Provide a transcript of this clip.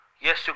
yes